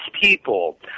people